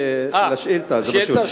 זה חשוב מאוד שהשר לביטחון פנים,